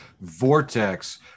vortex